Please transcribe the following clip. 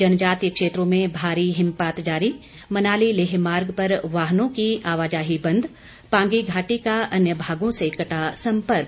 जनजातीय क्षेत्रों में भारी हिमपात जारी मनाली लेह मार्ग पर वाहनों की आवाजाही बंद पांगी घाटी का अन्य भागों से कटा सम्पर्क